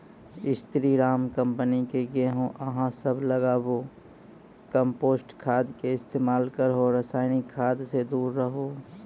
स्री Ram company के गेहूँ अहाँ सब लगाबु कम्पोस्ट खाद के इस्तेमाल करहो रासायनिक खाद से दूर रहूँ?